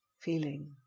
feeling